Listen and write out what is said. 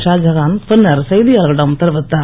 ஷாஜகான் பின்னர் செய்தியாளர்களிடம் தெரிவித்தார்